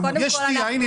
הנה,